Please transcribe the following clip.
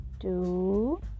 two